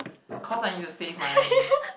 cause I need to save money